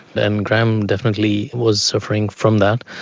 and graham definitely was suffering from that.